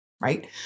Right